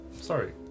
Sorry